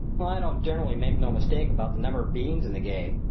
i don't generally make no mistake about the number of beans in the game,